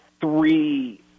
three